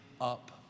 up